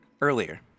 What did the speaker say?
earlier